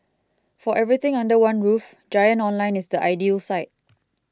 for everything under one roof Giant Online is the ideal site